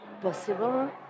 possible